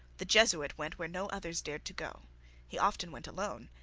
the jesuit went where no others dared to go he often went alone,